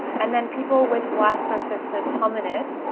and then people with blastocystis hominis,